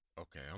Okay